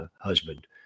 husband